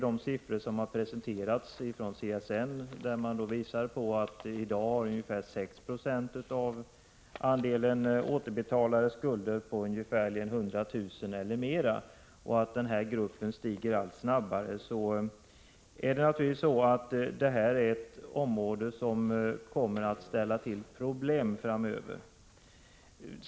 De siffror som presenterats från CSN visar att ungefär 6 Yo i dag har återbetalningspliktiga skulder på 100 000 kr. eller mer, och denna grupp ökar allt snabbare. Det här är alltså ett område som kommer att ställa till problem framöver.